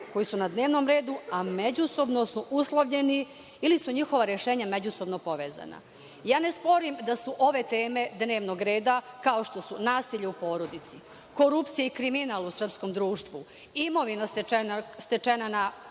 koji su na dnevnom redu, a međusobno su uslovljeni ili su njihova rešenja međusobno povezana. Ne sporim da su ove teme dnevnog reda, kao što su nasilje u porodici, korupcija i kriminal u srpskom društvu, imovina stečena na